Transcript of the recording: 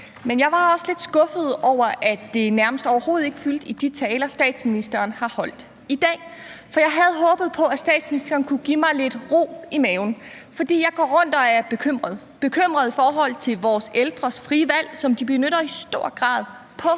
men jeg var også lidt skuffet over, at det nærmest overhovedet ikke fyldte i de taler, statsministeren har holdt i dag, for jeg havde håbet på, at statsministeren kunne give mig lidt ro i maven, fordi jeg går rundt og er bekymret – bekymret i forhold til vores ældres frie valg, som de benytter i stor grad på